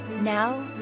Now